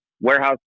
warehouse